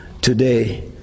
today